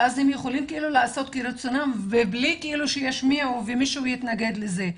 ואז הם יכולים לעשות כרצונם ובלי שישמיעו ושמישהו יתנגד לזה.